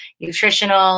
nutritional